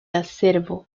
acervo